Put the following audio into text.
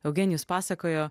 eugenijus pasakojo